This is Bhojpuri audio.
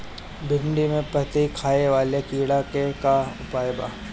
भिन्डी में पत्ति खाये वाले किड़ा के का उपाय बा?